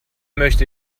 möchte